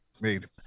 made